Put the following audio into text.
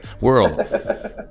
world